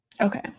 Okay